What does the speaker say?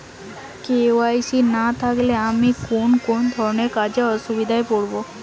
KYC না থাকলে আমি কোন কোন ধরনের কাজে অসুবিধায় পড়ব?